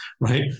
right